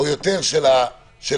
או יותר של הבוקר